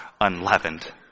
unleavened